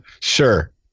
sure